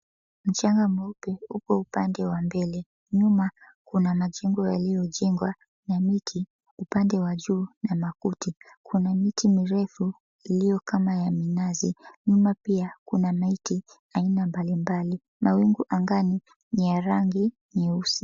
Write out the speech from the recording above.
Mchanga mweupe upo upande wa mbele, nyuma kuna majengo yaliyojengwa na miti upande wa juu na makuti. Kuna miti mirefu iliyo kama ya minazi nyuma pia kuna mamiti ya aina mbalimbali, mawingu angani ni ya rangi nyeusi.